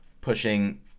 pushing